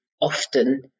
often